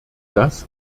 das